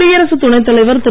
குடியரசுத் துணைத் தலைவர் திரு